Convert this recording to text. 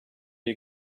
you